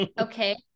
okay